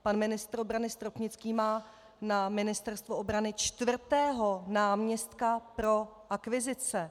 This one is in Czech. Pan ministr obrany Stropnický má na Ministerstvu obrany čtvrtého náměstka pro akvizice.